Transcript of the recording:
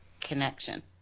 connection